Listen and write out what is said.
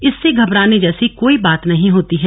इससे घबराने जैसी कोई बात नहीं होती है